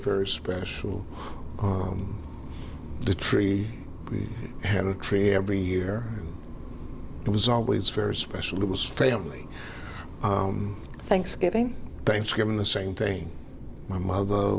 very special the tree had a tree every year it was always very special it was family thanksgiving thanksgiving the same thing my mother